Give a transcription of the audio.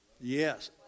Yes